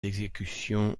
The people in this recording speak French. exécutions